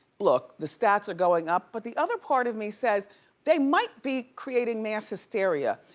look, the stats are going up, but the other part of me says they might be creating mass hysteria.